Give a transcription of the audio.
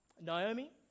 Naomi